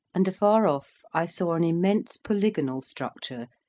and afar off i saw an immense polygonal structure,